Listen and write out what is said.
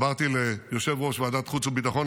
אמרתי ליושב-ראש ועדת החוץ והביטחון,